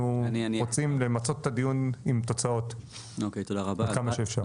אנחנו רוצים למצות את הדיון עם תוצאות עד כמה שאפשר.